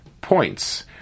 points